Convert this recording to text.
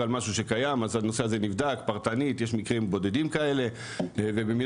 על משהו שקיים הנושא הזה נבדק פרטנית יש מקרים בודדים כאלו ובמידת